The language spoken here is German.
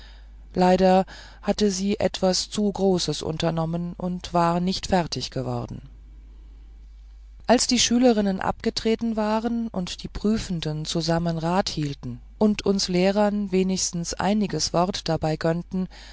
leider hatte sie etwas zu großes unternommen und war nicht fertig geworden als die schülerinnen abgetreten waren die prüfenden zusammen rat hielten und uns lehrern wenigstens einiges wort dabei gönnten